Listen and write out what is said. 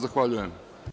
Zahvaljujem.